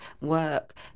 work